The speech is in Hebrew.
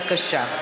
בבקשה.